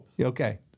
Okay